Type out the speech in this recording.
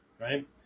right